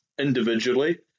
Individually